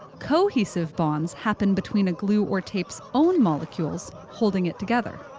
cohesive bonds happen between a glue or tape's own molecules, holding it together.